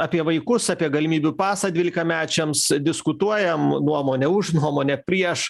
apie vaikus apie galimybių pasą dvylikamečiams diskutuojam nuomonė už nuomonė prieš